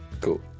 Cool